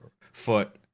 foot